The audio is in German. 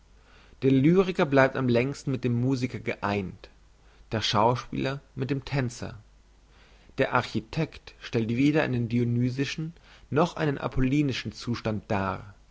der lyriker blieb am längsten mit dem musiker geeint der schauspieler mit dem tänzer der architekt stellt weder einen dionysischen noch einen apollinischen zustand dar